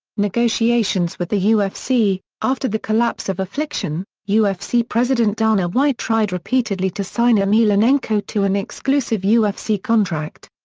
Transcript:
negotiations with the ufc after the collapse of affliction, ufc president dana white tried repeatedly to sign emelianenko to an exclusive ufc contract.